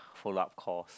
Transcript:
follow up calls